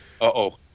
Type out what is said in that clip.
Uh-oh